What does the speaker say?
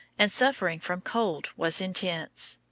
and suffering from cold was intense.